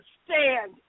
stand